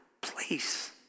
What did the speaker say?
place